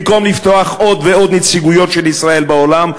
במקום לפתוח עוד ועוד נציגויות של ישראל בעולם,